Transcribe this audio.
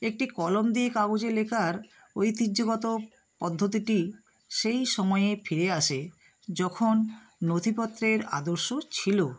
একটি কলম দিয়ে কাগজে লেখার ঐতিহ্যগত পদ্ধতিটি সেই সময়ে ফিরে আসে যখন নথিপত্রের আদর্শ ছিলো